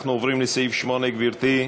אנחנו עוברים לסעיף 8, גברתי.